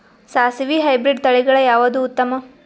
ಸಾಸಿವಿ ಹೈಬ್ರಿಡ್ ತಳಿಗಳ ಯಾವದು ಉತ್ತಮ?